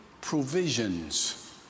provisions